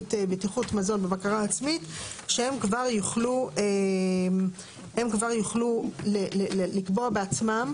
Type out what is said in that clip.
תוכנית בטיחות מזון ובקרה עצמית - שהם כבר יוכלו לקבוע בעצמם.